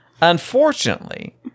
unfortunately